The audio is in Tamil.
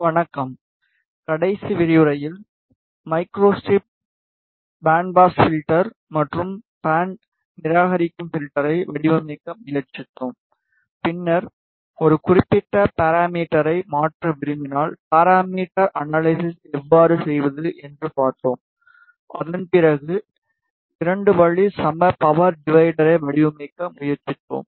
வணக்கம் கடைசி விரிவுரையில் மைக்ரோஸ்ட்ரிப் பேண்ட்பாஸ் பில்டர் மற்றும் பேண்ட் நிராகரிக்கும் பில்டர்ரை வடிவமைக்க முயற்சித்தோம் பின்னர் ஒரு குறிப்பிட்ட பாராமீட்டரை மாற்ற விரும்பினால் பாராமீட்டர் அனலைசிஸ் எவ்வாறு செய்வது என்று பார்த்தோம் அதன் பிறகு 2 வழி சம பவர் டிவைடரை வடிவமைக்க முயற்சித்தோம்